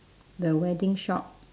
the wedding shop